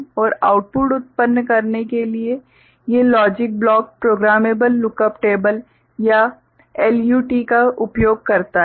और आउटपुट उत्पन्न करने के लिए ये logic block programmable lookup table या LUT का उपयोग करता है